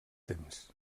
temps